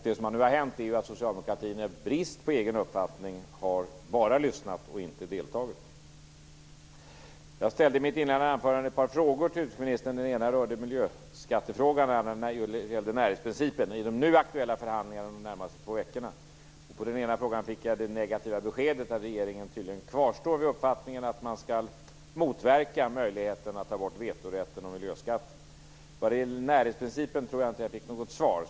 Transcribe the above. Det som har hänt är att socialdemokratin i brist på egen uppfattning bara har lyssnat och inte deltagit. I mitt inledande anförande ställde jag ett par frågor till utrikesministern. Den ena rörde miljöskattefrågan. Den andra gällde närhetsprincipen i den nu aktuella förhandlingarna under de närmaste två veckorna. På den ena frågan fick jag det negativa beskedet att regeringen kvarstår vid uppfattningen att man skall motverka möjligheten att ta bort vetorätten mot miljöskatter. Vad gäller närhetsprincipen tror jag inte att jag fick något svar.